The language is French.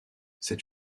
c’est